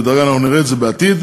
לדעתי אנחנו נראה את זה בעתיד,